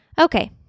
Okay